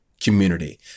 community